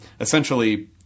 essentially